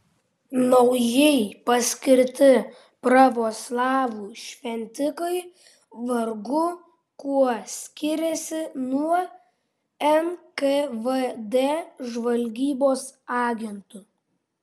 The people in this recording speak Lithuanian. naujai paskirti pravoslavų šventikai vargu kuo skiriasi nuo nkvd žvalgybos agentų